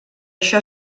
això